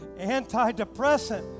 antidepressant